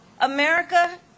America